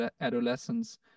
adolescence